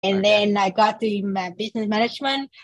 And then I got the business management.